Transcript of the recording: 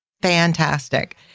fantastic